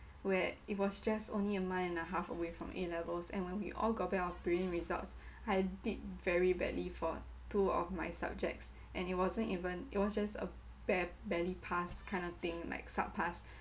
where it was just only a month and a half away from A levels and when we all got back our prelim results I did very badly for two of my subjects and it wasn't even it was just a bare barely pass kind of thing like sub-pass